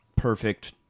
perfect